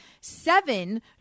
Seven